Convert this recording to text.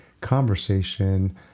conversation